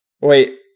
Wait